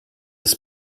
des